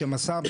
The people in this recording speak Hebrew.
בשם השר,